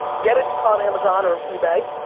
get it on amazon or ebay,